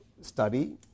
study